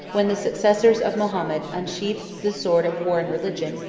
when the successors of mahomet unsheathed the sword of war and religion,